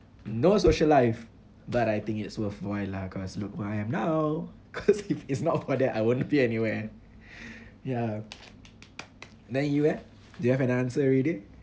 no social life but I think it's worthwhile lah cause look where I am now cause if it's not for that I wouldn't be anywhere ya then you eh do you have an answer already